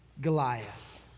Goliath